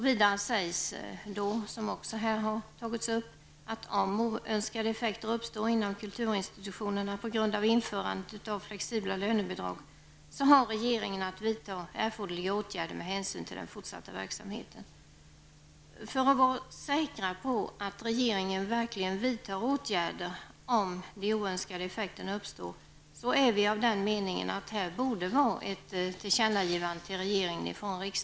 Vidare sägs att om oönskade effekter uppstår inom kulturinstitutionerna på grund av införandet av flexibla lönebidrag, har regeringen att vidta erforderliga åtgärder med hänsyn till den fortsatta verksamheten. För att vara säkra på att regeringen verkligen vidtar åtgärder om de oönskade effekterna uppstår, är vi av den meningen att riksdagen på denna punkt borde göra ett tillkännagivande till regeringen.